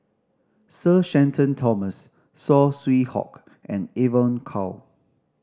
Sir Shenton Thomas Saw Swee Hock and Evon Kow